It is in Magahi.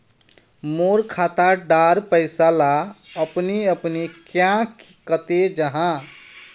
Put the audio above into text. मोर खाता डार पैसा ला अपने अपने क्याँ कते जहा?